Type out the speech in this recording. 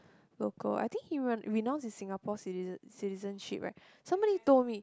local I think he renounce his Singapore citizen citizenship right somebody told me